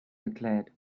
declared